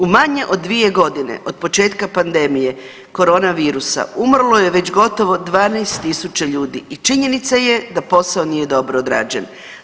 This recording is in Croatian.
U manje od 2 godine od početka pandemije korona virusa umrlo je već gotovo 12.000 ljudi i činjenica je da posao nije dobro odrađen.